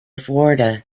florida